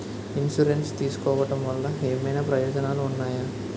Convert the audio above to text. Insurance తీసుకోవటం వల్ల ఏమైనా ప్రయోజనాలు ఉన్నాయా?